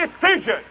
decision